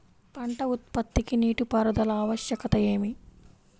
పంట ఉత్పత్తికి నీటిపారుదల ఆవశ్యకత ఏమి?